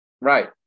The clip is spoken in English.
right